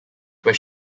where